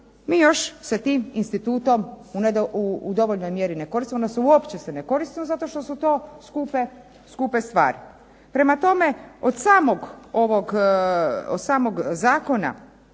mi još se tim institutom u dovoljnoj mjeri ne koristimo, odnosno uopće se ne koristimo zato što su to skupe stvari. Prema tome, od samog ovog,